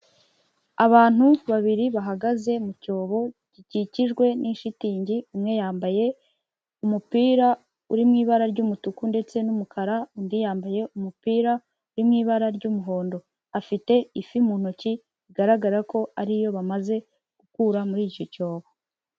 Abantu babiri bahagaze mu cyobo gikikijwe n'ishitingi umwe yambaye umupira uri mu ibara ry'umutuku, ndetse n'umukara undi yambaye umupira uri mu ibara ry'umuhondo, afite ifi mu ntoki bigaragara ko ari yo bamaze gukura muri icyo cyobo.